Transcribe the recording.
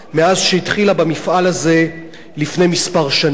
מאז התחילה במפעל הזה לפני כמה שנים.